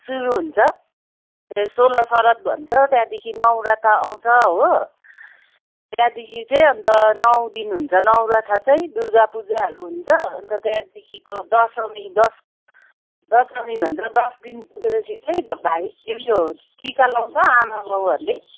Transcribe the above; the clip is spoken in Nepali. सुरु हुन्छ सोह्र श्राद्ध भन्छ त्यहाँदेखि नौराथा आउँछ हो त्यहाँदेखि चाहिँ अन्त नौ दिन हुन्छ नौराथा चाहिँ दुर्गा पूजाहरू हुन्छ अन्त त्यहाँदेखिको दशमी दस दशमी भन्छ दस दिन पुगेपछि चाहिँ भाइ उयो टिका लाउँछ आमा बाउहरूले